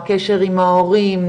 הקשר עם ההורים,